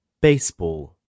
Baseball